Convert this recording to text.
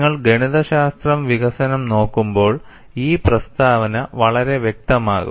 നിങ്ങൾ ഗണിതശാസ്ത്ര വികസനം നോക്കുമ്പോൾ ഈ പ്രസ്താവന വളരെ വ്യക്തമാകും